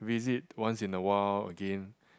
visit once in awhile again